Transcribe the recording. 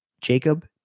Jacob